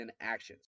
actions